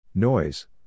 Noise